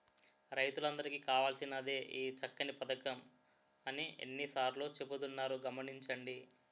రైతులందరికీ కావాల్సినదే ఈ చక్కని పదకం అని ఎన్ని సార్లో చెబుతున్నారు గమనించండి